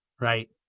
right